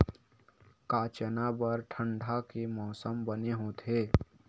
का चना बर ठंडा के मौसम बने होथे?